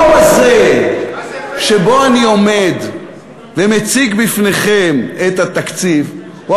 המקום הזה שבו אני עומד ומציג בפניכם את התקציב הוא